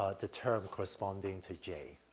ah the term corresponding to j,